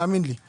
הם